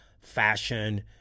fashion